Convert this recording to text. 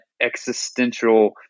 existential